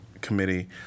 committee